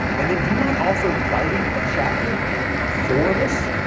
and then do you mind also writing a chapter for this?